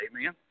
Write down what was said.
Amen